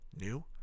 new